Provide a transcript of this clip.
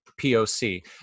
POC